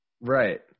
right